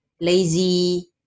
lazy